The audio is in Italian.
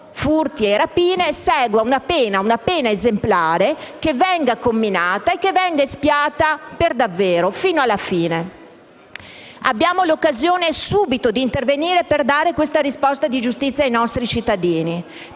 (furti e rapine), segua una pena esemplare, che venga inflitta e che venga espiata per davvero, fino alla fine. Abbiamo l'occasione di intervenire subito per dare questa risposta di giustizia ai nostri cittadini,